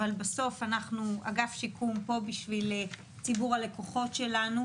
אבל בסוף אנחנו אגף שיקום פה בשביל ציבור הלקוחות שלנו,